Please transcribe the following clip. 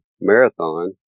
marathon